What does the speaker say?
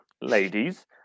ladies